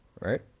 right